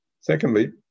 Secondly